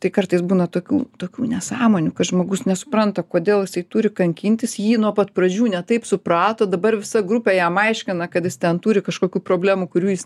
tai kartais būna tokių tokių nesąmonių kad žmogus nesupranta kodėl jisai turi kankintis jį nuo pat pradžių ne taip suprato dabar visa grupė jam aiškina kad jis ten turi kažkokių problemų kurių jis